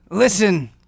Listen